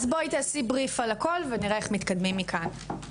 בואי תעשי בריף על הכול ונראה איך מתקדמים מכאן,